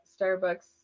Starbucks